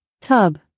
Tub